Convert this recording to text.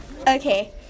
Okay